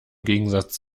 gegensatz